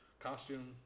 costume